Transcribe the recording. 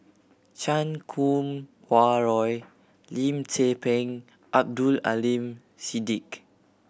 Chan Kum Wah Roy Lim Tze Peng Abdul Aleem Siddique